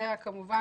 וכמובן,